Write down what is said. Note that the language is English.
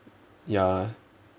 ya